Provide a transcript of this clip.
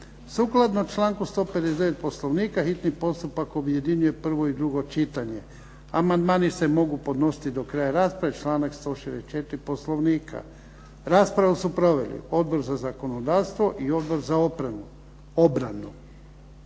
Sukladno članku 159. Poslovnika hitni postupak objedinjuje prvo i drugo čitanje. Amandmani se mogu podnositi do kraja rasprave članak 164. Poslovnika. Raspravu su proveli Odbor za zakonodavstvo i Odbor za obranu.